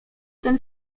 ten